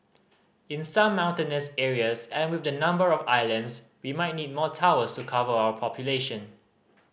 in some mountainous areas and with the number of islands we might need more towers to cover our population